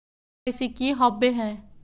KYC की हॉबे हय?